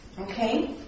Okay